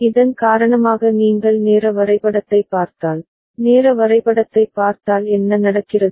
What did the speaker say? இதன் காரணமாக நீங்கள் நேர வரைபடத்தைப் பார்த்தால் நேர வரைபடத்தைப் பார்த்தால் என்ன நடக்கிறது